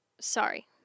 Sorry